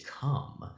come